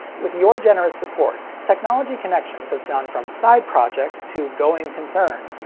with your generous support, technology connections has gone from side project to going concern,